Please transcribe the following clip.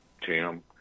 Tim